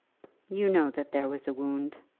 you know that there was a wound.